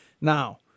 Now